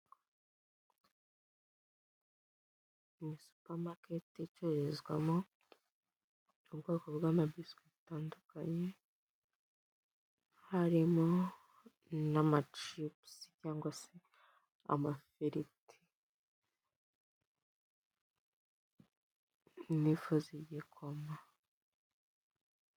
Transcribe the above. Ni supameketi icururizwamo ubwoko bw'amabisukwi butandukanye, harimo n'amacipusi cyangwa se amafiriti n'ifu z'igikoma.